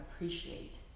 appreciate